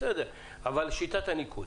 שיטת הניקוד